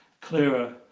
clearer